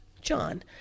John